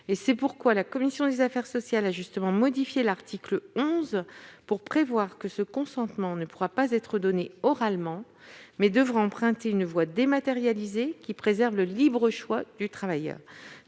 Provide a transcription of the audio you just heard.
C'est pourquoi la commission des affaires sociales a modifié l'article 11 pour prévoir que ce consentement ne pourra pas être donné oralement, mais devra emprunter une voie dématérialisée préservant le libre choix du travailleur.